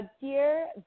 dear